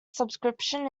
subscription